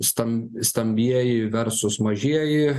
stam stambieji garsūs mažieji